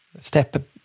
step